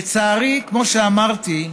לצערי, כמו שאמרתי,